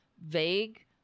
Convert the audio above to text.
vague